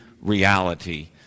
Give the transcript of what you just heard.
reality